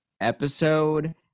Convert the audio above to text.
episode